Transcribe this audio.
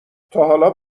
تاحالا